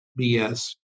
BS